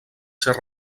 ser